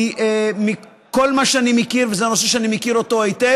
כי מכל מה שאני מכיר, וזה נושא שאני מכיר היטב,